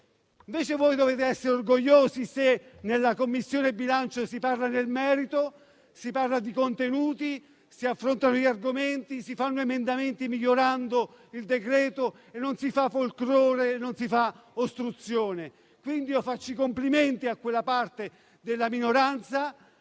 Invece voi dovete essere orgogliosi se nella Commissione bilancio si parla nel merito dei contenuti, si affrontano gli argomenti, si fanno emendamenti migliorando il decreto-legge e non si fanno folklore o ostruzionismo. Faccio quindi i complimenti a quella parte della minoranza